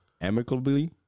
amicably